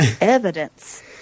evidence